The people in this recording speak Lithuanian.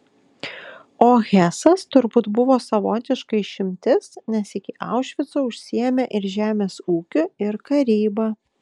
o hesas turbūt buvo savotiška išimtis nes iki aušvico užsiėmė ir žemės ūkiu ir karyba